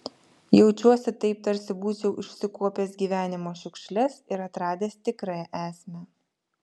jaučiuosi taip tarsi būčiau išsikuopęs gyvenimo šiukšles ir atradęs tikrąją esmę